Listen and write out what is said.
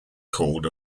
called